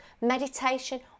meditation